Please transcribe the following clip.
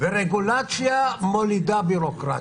ורגולציה מולידה ביורוקרטיה.